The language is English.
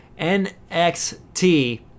NXT